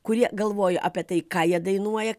kurie galvojo apie tai ką jie dainuoja